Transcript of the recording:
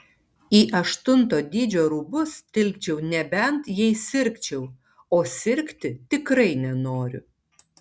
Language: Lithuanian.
į aštunto dydžio rūbus tilpčiau nebent jei sirgčiau o sirgti tikrai nenoriu